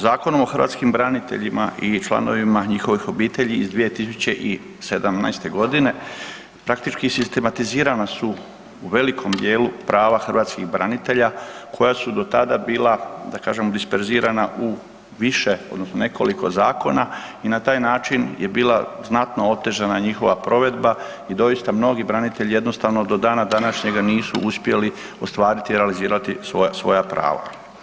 Zakonom o hrvatskim braniteljima i članovima njihovih obitelji iz 2017.g. praktički sistematizirana su u velikom dijelu prava hrvatskih branitelja koja su do tada bila da kažem disperzirana u više odnosno nekoliko zakona i na taj način je bila znatno otežana njihova provedba i doista mnogi branitelji jednostavno do dana današnjega nisu uspjeli ostvariti i realizirati svoja, svoja prava.